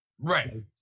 Right